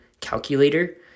calculator